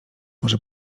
może